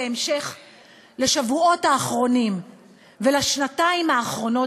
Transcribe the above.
בהמשך לשבועות האחרונים ולשנתיים האחרונות,